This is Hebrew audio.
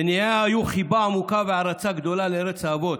מניעיה היו חיבה עמוקה והערצה גדולה לארץ האבות,